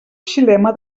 xilema